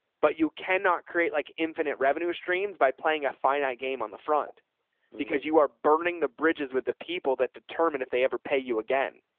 but you cannot create like infinite revenue streams by playing a finite game on the front because you are burning the bridges with the people that determine if they ever pay you again.